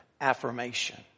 affirmation